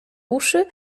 uszy